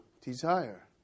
desire